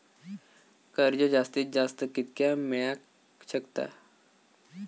कर्ज जास्तीत जास्त कितक्या मेळाक शकता?